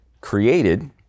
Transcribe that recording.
created